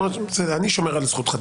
בסדר, אני שומר על זכותך.